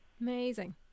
Amazing